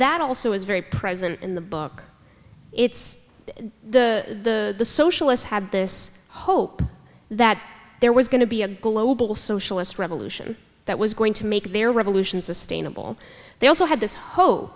that also is very present in the book it's the socialists had this hope that there was going to be a global socialist revolution that was going to make their revolution sustainable they also had this ho